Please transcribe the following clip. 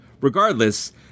Regardless